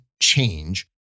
change